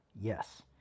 Yes